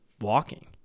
walking